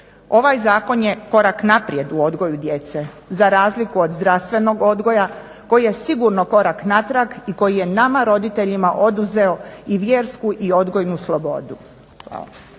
Ovaj zakon je korak naprijed u odgoju djece, za razliku od zdravstvenog odgoja koji je sigurno korak natrag i koji je nama roditeljima oduzeo i vjersku i odgojnu slobodu.